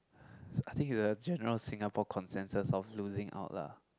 so I think you have general Singapore consensus of losing out lah